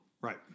right